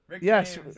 Yes